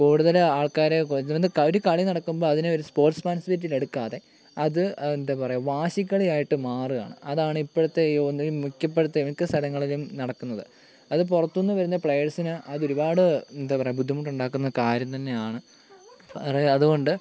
കൂടുതൽ ആൾക്കാർ ഇതിന് ഒരു കളി നടക്കുമ്പോൾ അതിനെ ഒരു സ്പോർട്സ്മാൻ സ്പിരിറ്റിനെടുക്കാതെ അത് എന്താണ് പറയുക വാശിക്കളിയായിട്ട് മാറുവാണ് അതാണ് ഇപ്പോഴത്തെ ഈ ഒ മിക്കപ്പോഴത്തെയും മിക്ക സ്ഥലങ്ങളിലും നടക്കുന്നത് അത് പുറത്തുനിന്ന് വരുന്ന പ്ലയേഴ്സിന് അതൊരുപാട് എന്താണ് പറയുക ബുദ്ധിമുട്ടുണ്ടാക്കുന്ന കാര്യം തന്നെ ആണ് അതുകൊണ്ട്